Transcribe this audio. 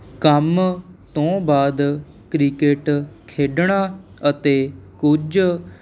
ਕੰਮ ਤੋਂ ਬਾਅਦ ਕ੍ਰਿਕਟ ਖੇਡਣਾ ਅਤੇ ਕੁਝ